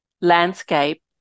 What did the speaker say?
landscape